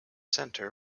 center